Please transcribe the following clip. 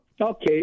Okay